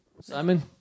Simon